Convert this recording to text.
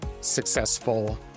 successful